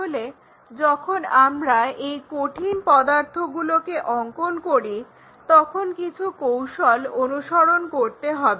তাহলে যখন আমরা এই কঠিন পদার্থগুলোকে অংকন করি তখন কিছু কৌশল অনুসরণ করতে হবে